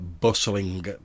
bustling